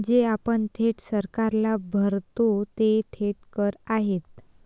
जे आपण थेट सरकारला भरतो ते थेट कर आहेत